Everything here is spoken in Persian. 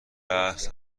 رآس